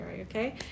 okay